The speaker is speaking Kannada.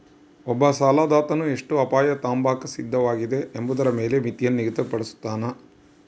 ಒಬ್ಬ ಸಾಲದಾತನು ಎಷ್ಟು ಅಪಾಯ ತಾಂಬಾಕ ಸಿದ್ಧವಾಗಿದೆ ಎಂಬುದರ ಮೇಲೆ ಮಿತಿಯನ್ನು ನಿಗದಿಪಡುಸ್ತನ